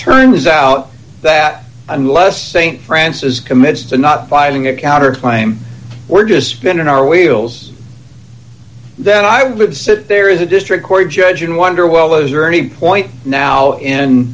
turns out that unless st francis commits to not filing a counterclaim we're just spinning our wheels then i would sit there is a district court judge in wonder well those are any point now in